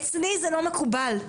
אצלי זה לא מקובל.